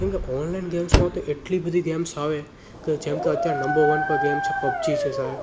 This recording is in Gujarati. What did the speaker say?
કેમ કે ઓનલાઈન ગેમ્સમાં તો એટલી બધી ગેમ્સ આવે કે જેમ કે અત્યારે નંબર વન પર ગેમ છે પબજી છે સાહેબ